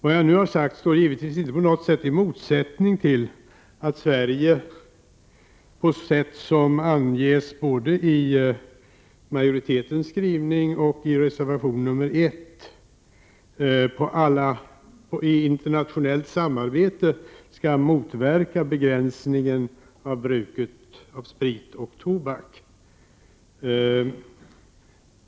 Vad jag nu sagt står givetvis inte på något sätt i motsättning till att Sverige på alla andra sätt i internationellt samarbete bör medverka i begränsningen av bruket av sprit och tobak, bl.a. på sätt som beskrivs dels av utskottet, dels i reservation nr 1.